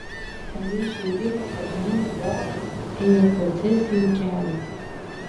palei šiaurinę kapinių tvorą ėjo procesijų kelias